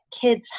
kids